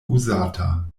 uzata